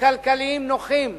כלכליים נוחים,